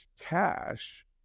cash